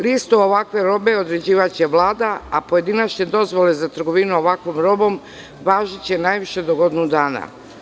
Listu ovakve robe određivaće Vlada, a pojedinačne dozvole za trgovinu ovakvom robom važiće najviše do godinu dana.